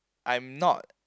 I am not